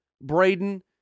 Braden